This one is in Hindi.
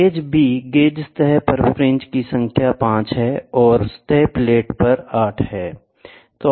गेज B गेज सतह पर फ्रिंज की संख्या 5 है और सतह प्लेट पर 8 है